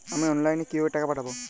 আমি অনলাইনে কিভাবে টাকা পাঠাব?